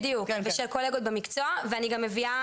זה של קולגות במקצוע ואני גם מביאה